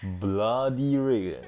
bloody red eh